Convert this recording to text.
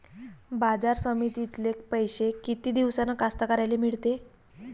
बाजार समितीतले पैशे किती दिवसानं कास्तकाराइले मिळते?